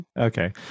Okay